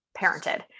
parented